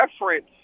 reference